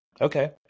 Okay